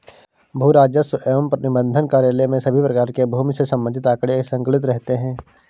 भू राजस्व एवं निबंधन कार्यालय में सभी प्रकार के भूमि से संबंधित आंकड़े संकलित रहते हैं